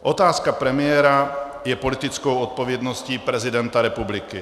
Otázka premiéra je politickou odpovědností prezidenta republiky.